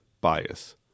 bias